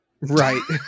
Right